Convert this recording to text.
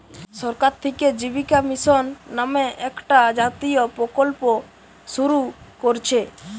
সরকার থিকে জীবিকা মিশন নামে একটা জাতীয় প্রকল্প শুরু কোরছে